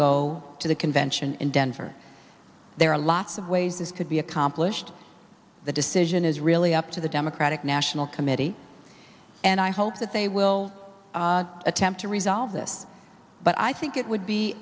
go to the convention in denver there are lots of ways this could be accomplished the decision is really up to the democratic national committee and i hope that they will attempt to resolve this but i think it would be